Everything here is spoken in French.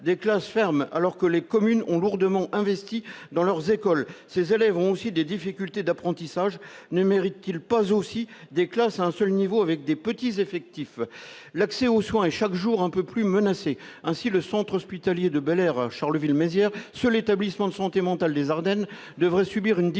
Des classes ferment, alors que les communes ont lourdement investi dans leurs écoles. Les élèves ont également des difficultés d'apprentissage. Ne méritent-ils pas, eux aussi, des classes à un seul niveau avec des petits effectifs ? L'accès aux soins est chaque jour un peu plus menacé. Ainsi, le centre hospitalier Bélair, à Charleville-Mézières, seul établissement de santé mentale des Ardennes, devrait subir une diminution